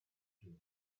too